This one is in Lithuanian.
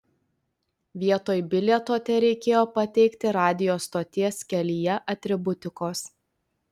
vietoj bilieto tereikėjo pateikti radijo stoties kelyje atributikos